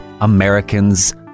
Americans